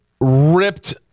ripped